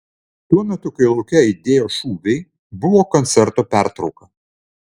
tuo metu kai lauke aidėjo šūviai buvo koncerto pertrauka